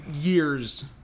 years